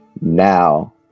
now